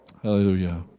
Hallelujah